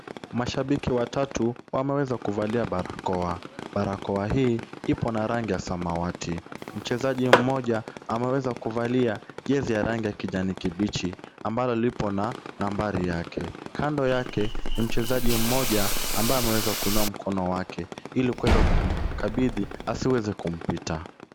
Mashabiki watatu wameweza kuvalia barakoa. Barakoa hii ipo na rangi ya samawati. Mchezaji mmoja ameweza kuvalia jezi ya rangi ya kijani kibichi ambayo iko na nambari yake. Kando yake, mchezaji mmoja ambaye ameweza kuinua mkono wake ili kuweza kumkabidhi asiweze kumpita.